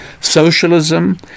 Socialism